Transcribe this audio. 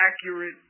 accurate